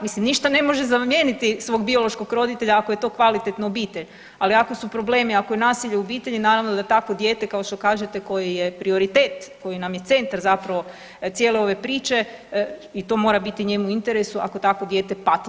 Mislim ništa ne može zamijeniti svog biološkog roditelja ako je to kvalitetna obitelj, ali ako su problemi, ako je nasilje u obitelji naravno da takvo dijete kao što kažete koje je prioritet, koje nam je centar cijele ove priče i to mora biti njemu u interesu ako tako dijete pati.